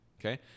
Okay